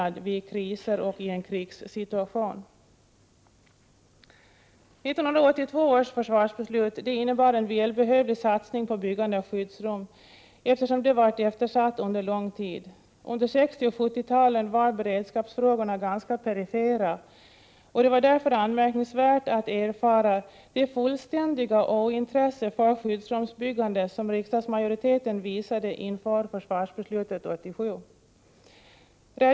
I dag muras sårbarheten in i samhällets byggelement i stället för att flexibilitet och hållbarhet skapas.